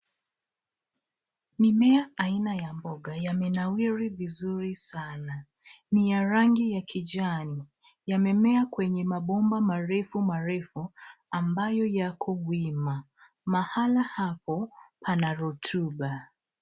Mimea aina ya mboga yamenawiri vizuri sana. Ni ya rangi ya kijani. Yamemea kwenye mabomba marefu marefu ambayo yako wima. Mahala hapo pana rutuba.